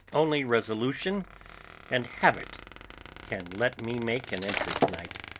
only resolution and habit can let me make an entry to-night.